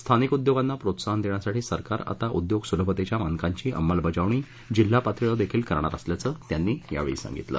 स्थानिक उद्योगांना प्रोत्साहन देण्यासाठी सरकार आता उद्योग सुलभतेच्या मानकांची अंमलबजावणी जिल्हापातळीवर देखील करणार असल्याचं त्यांनी यावेळी सांगितलं